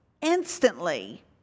Instantly